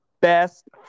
best